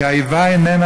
כי האיבה איננה,